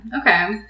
okay